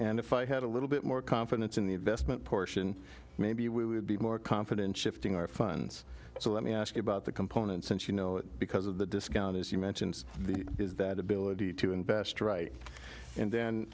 and if i had a little bit more confidence in the investment portion maybe we would be more confident shifting our funds so let me ask about the component since you know it because of the discount as you mentioned the is that ability to invest right and then